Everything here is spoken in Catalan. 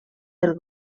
del